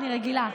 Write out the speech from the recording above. אני רגילה.